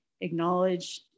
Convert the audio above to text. acknowledge